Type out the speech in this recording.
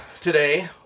today